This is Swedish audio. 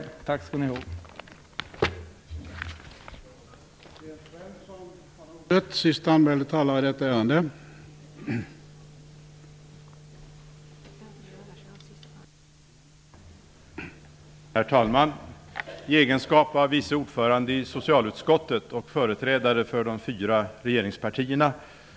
Tack skall ni ha!